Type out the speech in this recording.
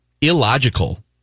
illogical